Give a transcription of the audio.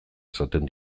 esaten